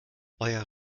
euer